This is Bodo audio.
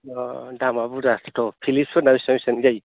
दामा बिरजाथ पिलिप्सफोरना बेसेबां बेसेबां जायो